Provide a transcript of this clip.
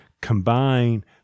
combine